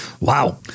Wow